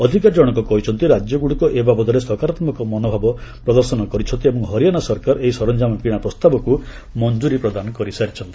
ଅଧିକାରୀ ଜଶକ କହିଛନ୍ତି ରାଜ୍ୟଗୁଡ଼ିକ ଏ ବାବଦରେ ସକାରାତ୍ମକ ମନୋଭାବ ପ୍ରଦର୍ଶନ କରିଛନ୍ତି ଏବଂ ହରିଆଣା ସରକାର ଏହି ସରଞ୍ଜାମ କିଣା ପ୍ରସ୍ତାବକୁ ମଂକ୍କୁରୀ ପ୍ରଦାନ କରିଚ୍ଛନ୍ତି